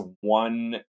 one